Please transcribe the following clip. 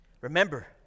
Remember